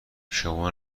شما